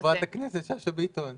מה עם הצעירים, ח"כ שאשא ביטון?